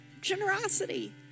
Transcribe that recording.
generosity